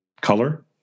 color